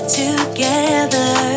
together